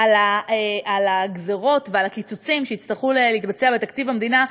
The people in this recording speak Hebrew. על הגזירות ועל הקיצוצים שיצטרכו להתבצע בתקציב המדינה,